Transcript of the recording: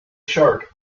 shark